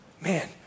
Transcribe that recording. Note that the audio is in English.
Man